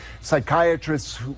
psychiatrists